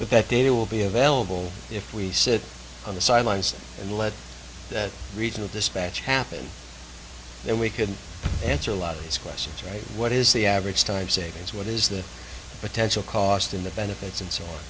but that data will be available if we sit on the sidelines and let that regional dispatch happen then we couldn't answer a lot of these questions right what is the average time savings what is the potential cost in the benefits and so